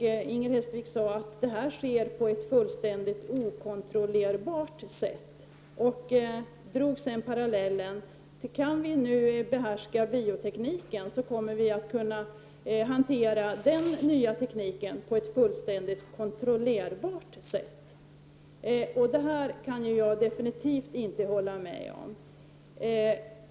Inger Hestvik sade att detta sker på ett fullständigt okontrollerbart sätt. Hon drog sedan parallellen med biotekniken och sade att om vi nu kan behärska biotekniken kommer vi att kunna hantera den tekniken på ett fullständigt kontrollerbart sätt. Detta kan jag definitivt inte hålla med om.